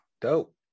dope